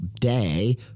Day